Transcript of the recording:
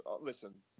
listen